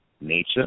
nature